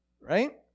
right